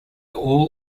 all